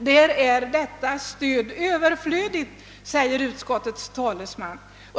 Där är detta stöd överflödigt, säger utskottets talesman.